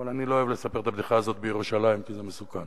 אבל אני לא אוהב לספר את הבדיחה הזאת בירושלים כי זה מסוכן,